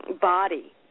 body